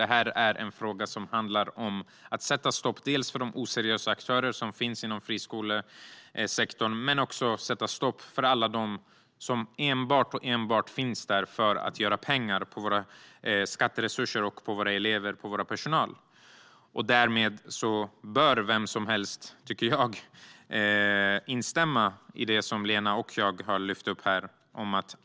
Det handlar om att sätta stopp för de oseriösa aktörer som finns inom friskolesektorn, men också för alla dem som enbart finns där för att göra pengar på våra skatteresurser, våra elever och vår personal. Därmed bör vem som helst, tycker jag, instämma i det som Lena och jag har tagit upp här.